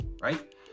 right